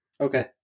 Okay